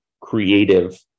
creative